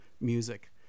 music